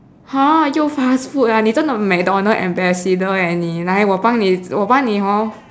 !huh! 又 fast food ah 你真的 macdonald's ambassador leh 你来我帮你我帮你 hor